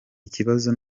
ikibazo